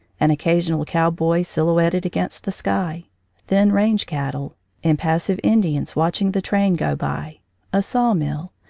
an occasional cowboy silhouetted against the sky thin range cat tle impassive indians watching the train go by a sawmill,